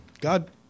God